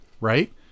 right